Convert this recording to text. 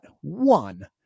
one